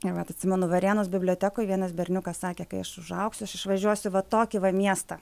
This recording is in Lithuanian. ir vat atsimenu varėnos bibliotekoj vienas berniukas sakė kai aš užaugsiu aš išvažiuosiu į va tokį va miestą